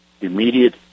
immediate